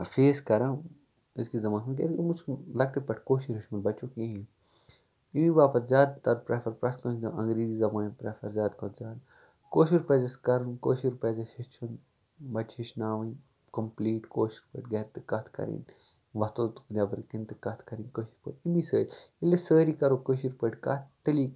face کرو أزکِس زَمانَس منٛز کیازِ یِمو چھُ نہٕ لۄکٔٹہِ پٮ۪ٹھ کٲشُر ہیٚچھمُت بچو کِہینۍ تہِ ییٚمہِ باپَتھ زیادٕ تر پرٛفر پرٮ۪تھ کٲنسہِ اَنگریٖزی زَبٲنۍ پرٛفر زیادٕ کھۄتہٕ زیادٕ کٲشُر پَزِ اَسہِ کرُن کٲشُر پَزِ اَسہِ ہیٚچھُن بَچہٕ ہیٚچھناؤنۍ کَمپٕلیٖٹ کٲشُر گرِ تہِ کَتھ کَرٕنۍ وۄتھو تہٕ نٮ۪برٕ کٔنۍ تہِ کَتھ کَرٕنۍ کٲشِر پٲٹھۍ امی سۭتۍ ییٚلہِ أسۍ سٲری کَرو کٲشِر پٲٹھۍ کَتھ تیٚلی